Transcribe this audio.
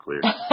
clear